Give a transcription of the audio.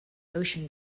ocean